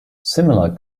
similar